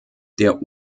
der